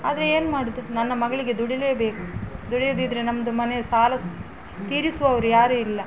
ಆದರೆ ಏನು ಮಾಡೋದು ನನ್ನ ಮಗಳಿಗೆ ದುಡಿಲೇಬೇಕು ದುಡಿಯದಿದ್ದರೆ ನಮ್ಮದು ಮನೆ ಸಾಲ ಸ ತೀರಿಸುವವರು ಯಾರು ಇಲ್ಲ